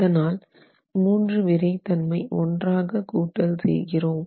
அதனால் மூன்று விறைத்தன்மை ஒன்றாக கூட்டல் செய்கிறோம்